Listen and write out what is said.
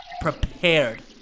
prepared